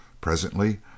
Presently